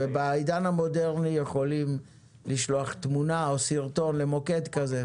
ובעידן המודרני יכולים לשלוח תמונה או סרטון למוקד כזה.